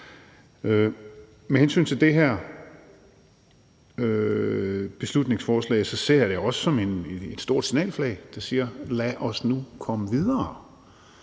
uværdigheder. Det her beslutningsforslag ser jeg også som et stort signalflag, der siger: Lad os nu komme videre;